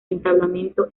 entablamento